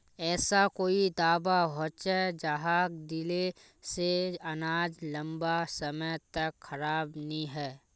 ऐसा कोई दाबा होचे जहाक दिले से अनाज लंबा समय तक खराब नी है?